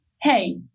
hey